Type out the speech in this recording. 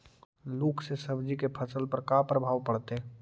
लुक से सब्जी के फसल पर का परभाव पड़तै?